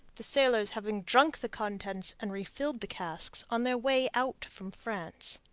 the sailors having drunk the contents and refilled the casks on their way out from france.